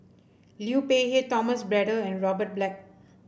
Liu Peihe Thomas Braddell and Robert Black